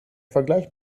vergleich